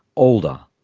older,